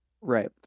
Right